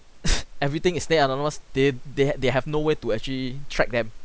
everything is stay anonymous they they they have no way to actually track them